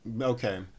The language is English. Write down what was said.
Okay